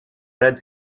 red